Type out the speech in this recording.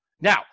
Now